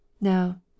Now